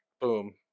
boom